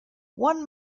one